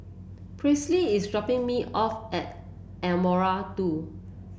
Presley is dropping me off at Ardmore Two